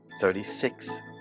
Thirty-six